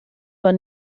war